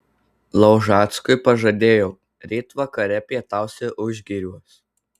laužackui pažadėjau ryt vakare pietausi užgiriuos